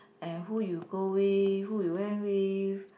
and who you go with who you went with